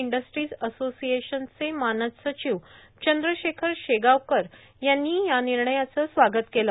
industries असोसिएशनचे मानद सचिव चंद्रशेखर शेगांवकर यांनी या निर्णयाचं स्वागत केलं